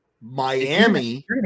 Miami